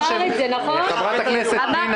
חברת הכנסת תמנו,